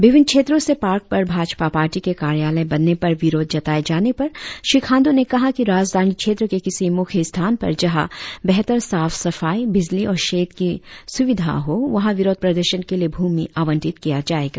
विभिन्न क्षेत्रों से पार्क पर भाजपा पार्टी के कार्यालय बनने पर विरोध जताए जाने पर श्री खांड्र ने कहा कि राजधानी क्षेत्र के किसी मुख्य स्थान पर जंहा बेहतर साफ सफाई बिजली और शेड की सुविधा हो वहा विरोध प्रदर्शन के लिए भूमि आवंटित किया जाएगा